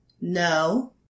No